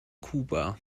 kuba